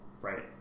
right